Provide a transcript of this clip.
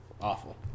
Awful